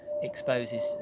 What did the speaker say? exposes